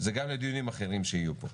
זה גם לדיונים אחרים שיהיו פה.